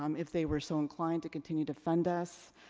um if they were so inclined to continue to fund us,